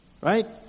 Right